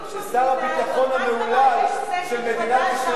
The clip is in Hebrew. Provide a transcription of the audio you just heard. שר הביטחון המהולל של מדינת ישראל,